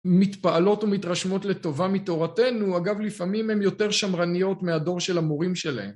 מתפעלות ומתרשמות לטובה מתורתנו, אגב, לפעמים הן יותר שמרניות מהדור של המורים שלהן.